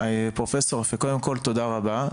פרופ' אפק, קודם כל תודה רבה.